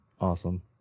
awesome